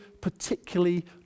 particularly